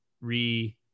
re